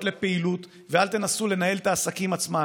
לפעילות ואל תנסו לנהל את העסקים עצמם.